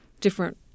different